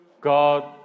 God